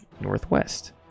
Northwest